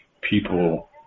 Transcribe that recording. people